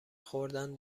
خوردن